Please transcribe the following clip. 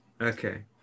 Okay